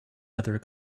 other